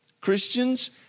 Christians